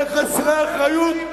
אתם חסרי אחריות,